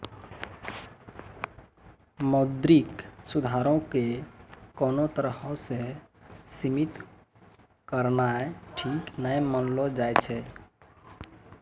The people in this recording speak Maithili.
मौद्रिक सुधारो के कोनो तरहो से सीमित करनाय ठीक नै मानलो जाय छै